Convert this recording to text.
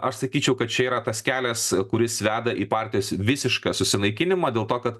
aš sakyčiau kad čia yra tas kelias kuris veda į partijos visišką susinaikinimą dėl to kad